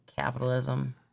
Capitalism